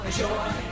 joy